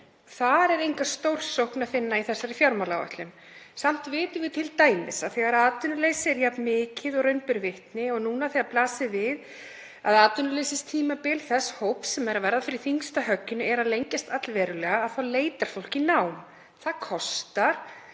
er enga stórsókn að finna í þessari fjármálaáætlun. Samt vitum við t.d. að þegar atvinnuleysi er jafn mikið og raun ber vitni og það blasir við að atvinnuleysistímabil þess hóps sem er að verða fyrir þyngsta högginu er að lengjast allverulega þá leitar fólk í nám. Það kostar